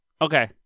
Okay